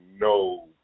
no